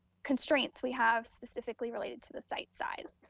constraints we have specifically related to the site size.